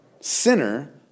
sinner